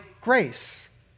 grace